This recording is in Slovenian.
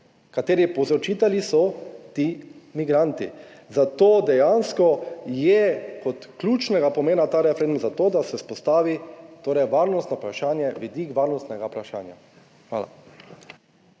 katerih povzročitelji so ti migranti. Zato dejansko je kot ključnega pomena ta referendum za to, da se vzpostavi torej varnostno vprašanje, vidik varnostnega vprašanja. Hvala.